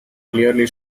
clearly